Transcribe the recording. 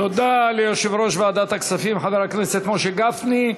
תודה ליושב-ראש ועדת הכספים חבר הכנסת משה גפני.